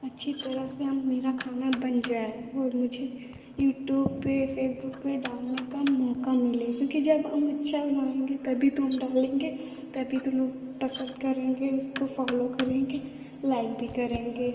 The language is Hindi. अच्छी तरह से हं मेरा खाना बन जाए और मुझे यूटूब पर फ़ेसबुक पर डालने का मौका मिले क्योंकि जब अम अच्छा बनाएँगे तभी तो हम डालेंगे तभी तो लोग पसंद करेंगे उसको फ़ॉलो करेंगे लाइक भी करेंगे